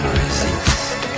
resist